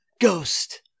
Ghost